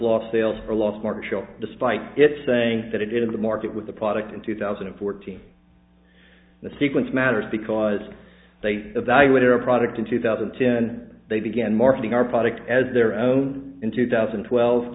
lost sales or lost more chill despite it saying that in the market with the product in two thousand and fourteen the sequence matters because they evaluate a product in two thousand and ten they began marketing our product as their own in two thousand and twelve